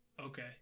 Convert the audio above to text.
Okay